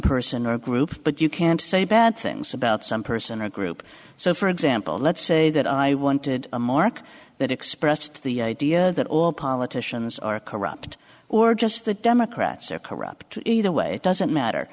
person or group but you can't say bad things about some person or group so for example let's say that i wanted a mark that expressed the idea that all politicians are corrupt or just the democrats are corrupt either way it doesn't matter